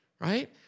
right